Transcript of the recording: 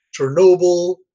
Chernobyl